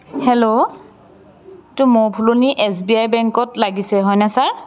hello এইটো মৌ ভোলনি এছ বি আই বেংকত লাগিছে হয়নে ছাৰ